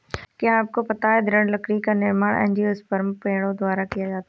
क्या आपको पता है दृढ़ लकड़ी का निर्माण एंजियोस्पर्म पेड़ों द्वारा किया जाता है?